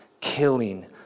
killing